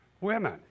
women